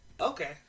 Okay